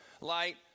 Light